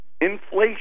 Inflation